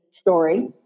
story